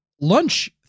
lunch